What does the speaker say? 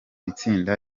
itsinda